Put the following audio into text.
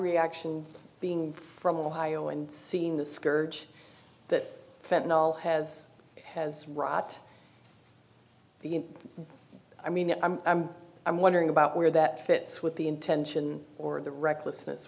reaction being from ohio and seeing the scourge that has has rocked the i mean i'm i'm wondering about where that fits with the intention or the recklessness